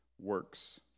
works